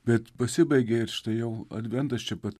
bet pasibaigė ir štai jau adventas čia pat